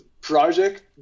project